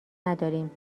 نداریم